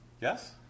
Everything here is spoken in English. Yes